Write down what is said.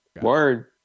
Word